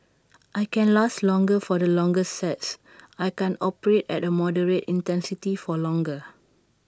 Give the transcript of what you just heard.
I can last longer for the longer sets I can operate at A moderate intensity for longer